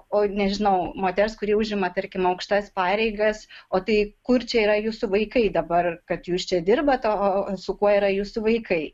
o nežinau moters kuri užima tarkim aukštas pareigas o tai kur čia yra jūsų vaikai dabar kad jūs čia dirbat o su kuo yra jūsų vaikai